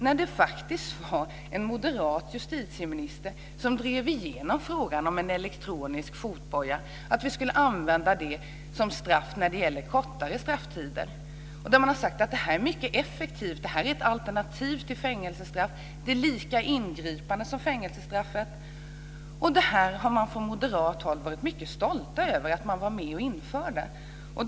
Det var faktiskt en moderat justitieminister som drev igenom frågan om en elektronisk fotboja, att vi skulle använda det som straff när det gäller kortare strafftider. Man har sagt att det är mycket effektivt, ett alternativ till fängelsestraff, att det är lika ingripande som fängelsestraffet. Det här har man från moderat håll varit stolt över att ha varit med och infört.